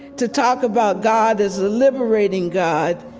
to talk about god as a liberating god,